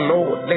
Lord